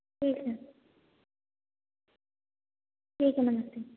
ठीक है ठीक है नमस्ते